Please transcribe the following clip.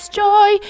joy